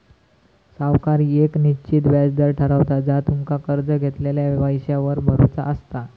सावकार येक निश्चित व्याज दर ठरवता जा तुमका कर्ज घेतलेल्या पैशावर भरुचा असता